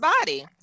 body